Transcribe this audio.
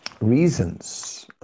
reasons